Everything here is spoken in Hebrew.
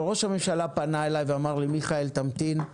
אבל ראש הממשלה פנה אלי ואמר לי מיכאל, תמתין,